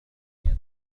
هدية